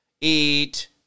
eat